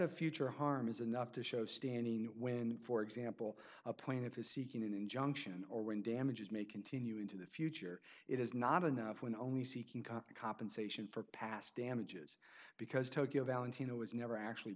of future harm is enough to show standing when for example a plaintiff is seeking an injunction or when damages may continue into the future it is not enough when only seeking comp compensation for past damages because tokyo valentino was never actually